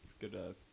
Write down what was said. good